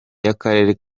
y’akarere